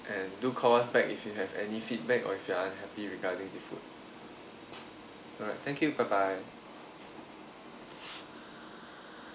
and do call us back if you have any feedback or if you're unhappy regarding the food aright thank you bye bye